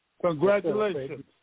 Congratulations